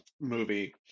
movie